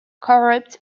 corrupt